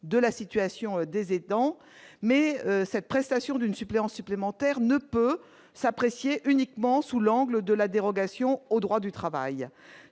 de la situation des étangs, mais cette prestation d'une suppléants supplémentaires ne peut s'apprécier uniquement sous l'angle de la dérogation au droit du travail,